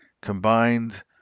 combined